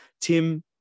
Tim